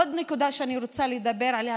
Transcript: עוד נקודה שאני רוצה לדבר עליה,